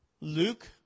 Luke